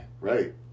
Right